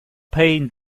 pain